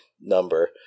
number